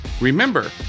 Remember